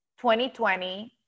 2020